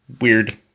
weird